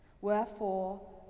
Wherefore